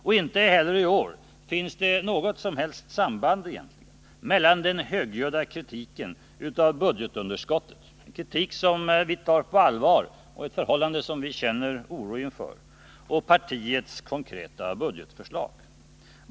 Och inte heller i år finns det egentligen något som helst samband mellan den högljudda kritiken av budgetunderskottet — en kritik som vi tar på allvar och ett förhållande som vi känner oro inför — och partiets konkreta budgetförslag.